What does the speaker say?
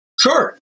sure